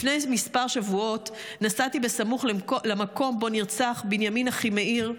לפני כמה שבועות נסעתי בסמוך למקום שבו נרצח בנימין אחימאיר,